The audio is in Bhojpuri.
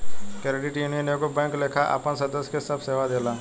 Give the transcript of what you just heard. क्रेडिट यूनियन एगो बैंक लेखा आपन सदस्य के सभ सेवा देला